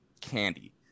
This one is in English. candy